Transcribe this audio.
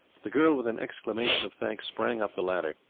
the girl with an exclamation of thanks sprang up the ladder.